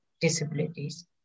disabilities